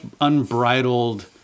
unbridled